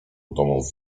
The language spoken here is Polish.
domów